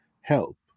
help